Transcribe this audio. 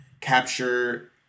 capture